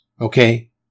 okay